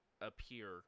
appear